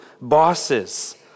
bosses